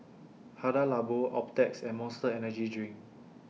Hada Labo Optrex and Monster Energy Drink